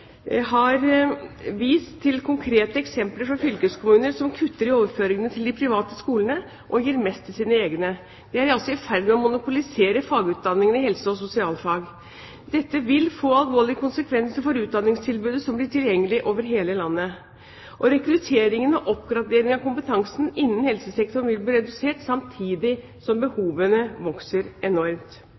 har vist til konkrete eksempler fra fylkeskommuner som kutter i overføringene til de private skolene, og gir mest til sine egne. De er i ferd med å monopolisere fagutdanningene i helse- og sosialfag. Dette vil få alvorlige konsekvenser for hvilke utdanningstilbud som blir tilgjengelige over hele landet. Rekrutteringen og oppgraderingen av kompetansen innen helsesektoren vil bli redusert, samtidig som behovene vokser enormt.